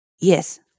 Yes